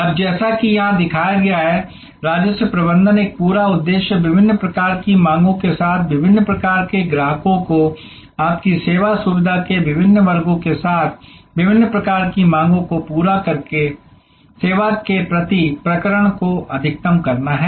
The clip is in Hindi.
अब जैसा कि यहाँ दिखाया गया है राजस्व प्रबंधन का एक पूरा उद्देश्य विभिन्न प्रकार की माँगों के साथ विभिन्न प्रकार के ग्राहकों को आपकी सेवा सुविधा के विभिन्न वर्गों के साथ विभिन्न प्रकार की माँगों को पूरा करके सेवा के प्रति प्रकरण को अधिकतम करना है